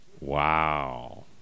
wow